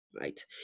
right